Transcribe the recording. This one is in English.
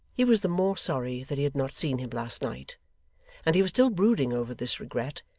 he was the more sorry that he had not seen him last night and he was still brooding over this regret,